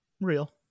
Real